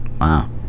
Wow